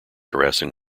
harassing